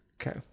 Okay